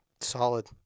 Solid